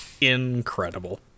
incredible